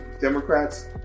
Democrats